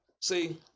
See